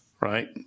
right